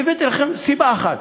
והבאתי לכם סיבה אחת